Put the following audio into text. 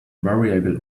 variable